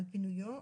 על פינויו,